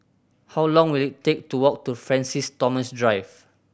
how long will it take to walk to Francis Thomas Drive